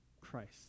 Christ